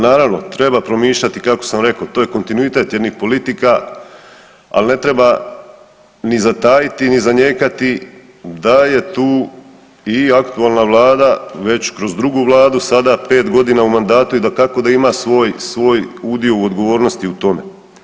Naravno, treba promišljati, kako sam rekao, to je kontinuitet jednih politika, ali ne treba ni zatajiti ni zanijekati da je tu i aktualna Vlada već kroz drugu vladu sada, 5 godina u mandatu i dakako da ima svoj udio odgovornosti u tome.